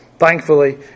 Thankfully